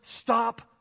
stop